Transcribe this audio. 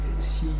si